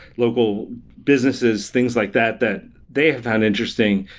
local businesses, things like that that they have found interesting,